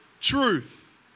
truth